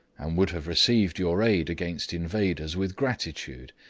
and would have received your aid against invaders with gratitude.